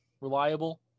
reliable